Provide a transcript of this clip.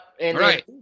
Right